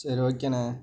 சரி ஓகேண்ணே